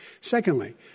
Secondly